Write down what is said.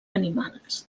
animals